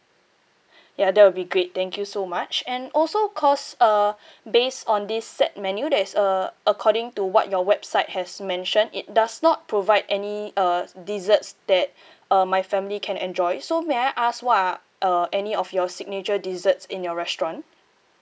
ya that will be great thank you so much and also because uh based on these set menu that is err according to what your website has mentioned it does not provide any uh desserts that uh my family can enjoy so may I ask what are uh any of your signature desserts in your restaurant